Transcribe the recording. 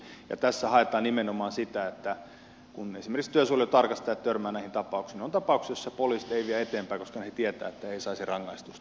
tässä haetaan nimenomaan sitä että kun esimerkiksi työsuojelutarkastajat törmäävät näihin tapauksiin on tapauksia joissa poliisit eivät vie asiaa eteenpäin koska he tietävät että ei saisi rangaistusta